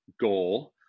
goal